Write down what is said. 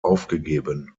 aufgegeben